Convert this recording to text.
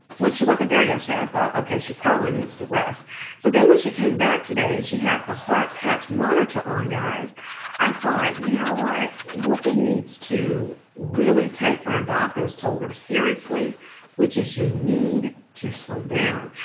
when she wasn't there yesterday i thought okay. she probably needs to rest so then when she came back today, she had the heart patch monitor on guys i thought you know what whoopi needs to really take what her doctors told her seriously which is you need to slow down,